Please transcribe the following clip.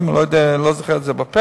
אני לא זוכר את זה בעל-פה,